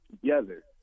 together